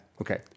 Okay